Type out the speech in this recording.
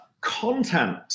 content